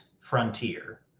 Frontier